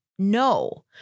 No